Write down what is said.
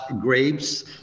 grapes